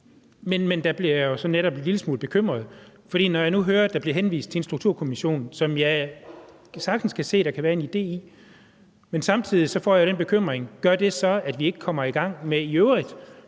Men der bliver jeg jo så netop en lille smule bekymret. For når jeg nu hører, at der bliver henvist til en strukturkommission – som jeg sagtens kan se at der kan være en idé i – får jeg samtidig den bekymring, om det så gør, at vi i øvrigt ikke kommer i gang med den